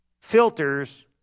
filters